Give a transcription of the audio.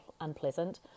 unpleasant